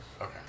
Okay